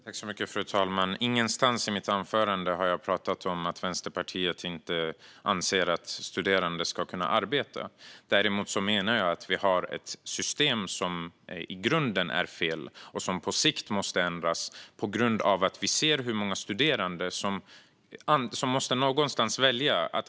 Fru talman! Jag har inte någonstans i mitt anförande sagt att Vänsterpartiet inte anser att studerande ska kunna arbeta. Jag menar däremot att vi har ett system som i grunden är fel och på sikt måste ändras eftersom vi ser hur många studerande någonstans måste välja.